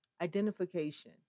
Identification